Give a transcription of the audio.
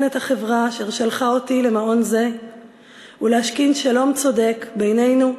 את החברה אשר שלחה אותי למעון זה ולהשכין שלום צודק בינינו,